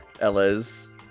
Ella's